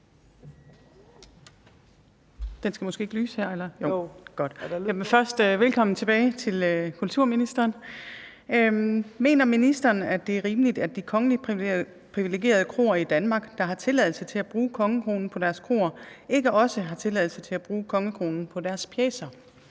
Mener ministeren, at det er rimeligt, at de kongeligt privilegerede kroer i Danmark, der har tilladelse til at bruge kongekronen på deres kroer, ikke også har tilladelse til at bruge kongekronen i deres pjecer?